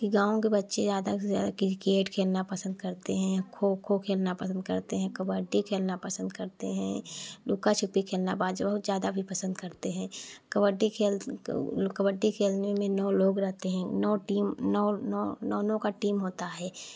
कि गाँव के बच्चे ज़्यादा से ज़्यादा क्रिकेट खेलना पसंद करते हैं खो खो खेलना पसंद करते हैं कबड्डी खेलना पसंद करते हैं लुका छिप्पी खेलना बाज बहुत ज़्यादा भी पसंद करते हैं कबड्डी खेल कबड्डी खेल ने नौ लोग रहते हैं नौ टीम नौ नौ नौ का टीम होता है